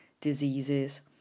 diseases